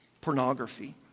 pornography